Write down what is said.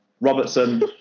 Robertson